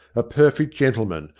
a perfect gentleman,